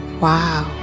wow!